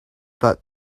but